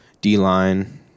D-line